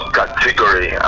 category